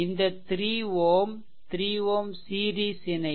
இந்த 3 Ω 3 Ω சீரிஸ் இணைப்பு